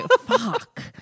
fuck